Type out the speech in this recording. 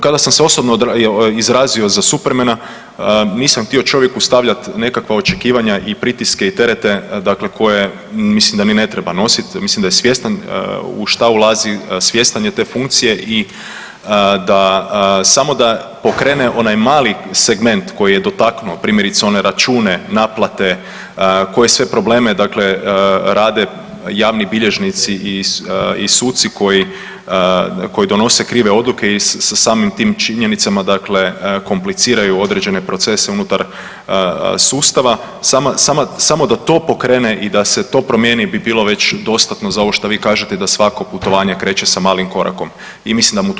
Kada sam se osobno izrazio za Supermana, nisam htio čovjeku stavljati nekakva očekivanja i pritiske i terete, dakle koje, mislim da ni ne treba nositi, mislim da je svjestan u šta ulazi, svjestan je te funkcije i da samo da pokrene onaj mali segment koji je dotaknuo, primjerice, one račune, naplate, koje sve probleme dakle rade javni bilježnici i suci koji donose krive odluke i samim tim činjenicama dakle, kompliciraju određene procese unutar sustava, sama, samo da to pokrene i da se to promijeni bi bilo već dostatno za ovo šta vi kažete da svako putovanje kreće sa malim korakom i mislim da mu tu trebamo dati priliku.